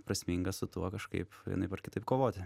prasminga su tuo kažkaip vienaip ar kitaip kovoti